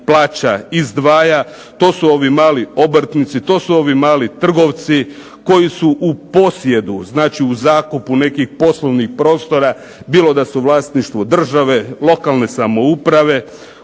plaća, izdvaja to su ovi mali obrtnici, to su ovi mali trgovci koji su u posjedu, znači u zakupu nekih poslovnih prostora, bilo da su u vlasništvu države, lokalne samouprave